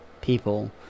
people